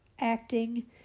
acting